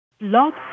Log